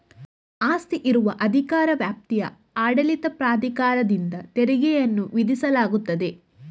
ಆಸ್ತಿ ಇರುವ ಅಧಿಕಾರ ವ್ಯಾಪ್ತಿಯ ಆಡಳಿತ ಪ್ರಾಧಿಕಾರದಿಂದ ತೆರಿಗೆಯನ್ನು ವಿಧಿಸಲಾಗುತ್ತದೆ